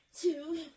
two